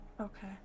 Okay